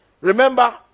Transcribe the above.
Remember